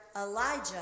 Elijah